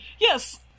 Yes